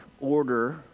order